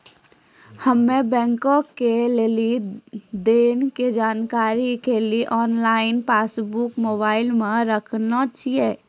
हम्मे बैंको के लेन देन के जानकारी लेली आनलाइन पासबुक मोबाइले मे राखने छिए